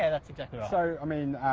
yeah that's exactly right. so, i mean,